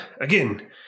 again